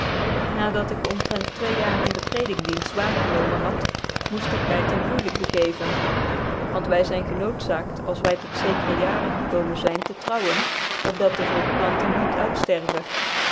dat ik omtrent twee jaren den prelikdicnft waargenomen had moeft ik my ten huwelijk begeven want wy zyn genoodzaakt als wy tot zekere jaren gekoomen zyn tc trouwen op dat dc volkplanting niet uit